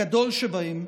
הגדול שבהם,